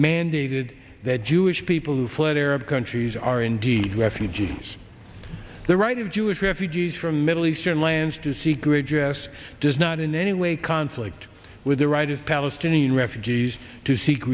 mandated that jewish people who fled arab countries are indeed refugees the right of jewish refugees from middle eastern lands to see great jess does not in any way conflict with the right of palestinian refugees to seek